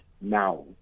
now